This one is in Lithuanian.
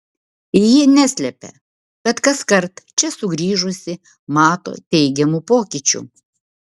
ji neslepia kad kaskart čia sugrįžusi mato teigiamų pokyčių